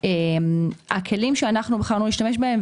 אנחנו מעודדות לצאת לעבודה.